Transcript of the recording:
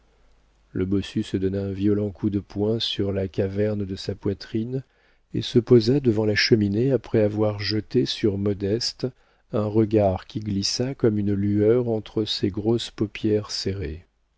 le bossu se donna un violent coup de poing sur la caverne de sa poitrine et se posa devant la cheminée après avoir jeté sur modeste un regard qui glissa comme une lueur entre ses grosses paupières serrées